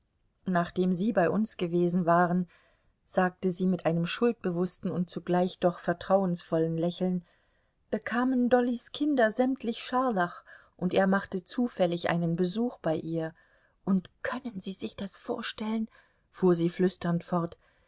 nachdem sie bei uns gewesen waren sagte sie mit einem schuldbewußten und zugleich doch vertrauensvollen lächeln bekamen dollys kinder sämtlich scharlach und er machte zufällig einen besuch bei ihr und können sie sich das vorstellen fuhr sie flüsternd fort